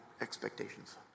expectations